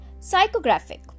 Psychographic